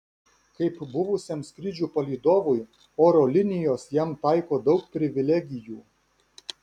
kaip buvusiam skrydžių palydovui oro linijos jam taiko daug privilegijų